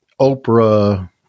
oprah